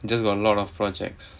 just got a lot of projects